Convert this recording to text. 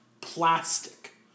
plastic